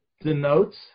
denotes